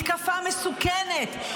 מתקפה מסוכנת,